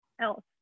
else